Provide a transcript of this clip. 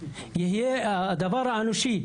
שיהיה הדבר האנושי.